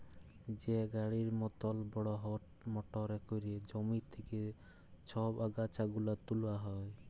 যে গাড়ির মতল বড়হ মটরে ক্যইরে জমি থ্যাইকে ছব আগাছা গুলা তুলা হ্যয়